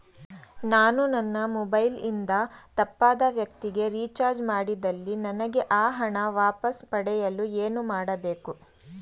ನಾನು ನನ್ನ ಮೊಬೈಲ್ ಇಂದ ತಪ್ಪಾದ ವ್ಯಕ್ತಿಗೆ ರಿಚಾರ್ಜ್ ಮಾಡಿದಲ್ಲಿ ನನಗೆ ಆ ಹಣ ವಾಪಸ್ ಪಡೆಯಲು ಏನು ಮಾಡಬೇಕು?